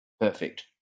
perfect